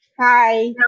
Hi